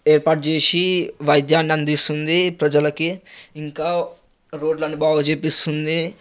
ఏర్పాటు చేసి వైద్యాన్ని అందిస్తుంది ప్రజలకి ఇంకా రోడ్లను బాగుచేపిస్తుంది